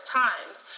times